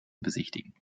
besichtigen